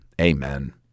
amen